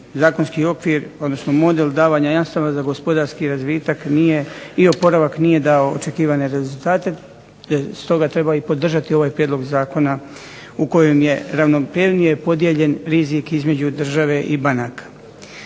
zakonski okvir, odnosno model davanja jamstava za gospodarski razvitak nije i oporavak nije dao očekivane rezultate, stoga treba i podržati ovaj prijedlog zakona u kojem je ravnomjernije podijeljen rizik između države i banaka.